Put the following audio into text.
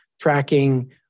tracking